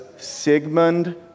Sigmund